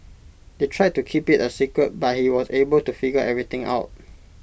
they tried to keep IT A secret but he was able to figure everything out